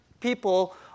people